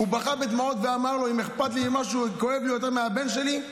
הוא בכה בדמעות ואמר לו: אם אכפת לי ממשהו וכואב לי יותר מהבן שלי זה